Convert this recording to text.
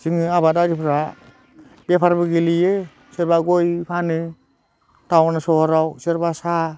जोङो आबादारिफ्रा बेफारबो गेलेयो सोरबा गयबो फानो टाउन सहराव सोरबा साहा